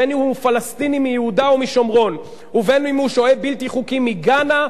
בין שהוא פלסטיני מיהודה ומשומרון ובין שהוא שוהה בלתי חוקי מגאנה,